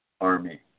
Army